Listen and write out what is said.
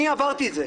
אני עברתי את זה.